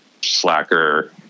Slacker